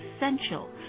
essential